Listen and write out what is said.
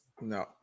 No